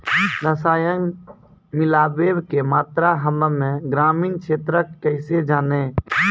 रसायन मिलाबै के मात्रा हम्मे ग्रामीण क्षेत्रक कैसे जानै?